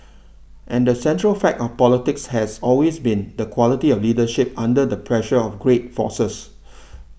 and the central fact of politics has always been the quality of leadership under the pressure of great forces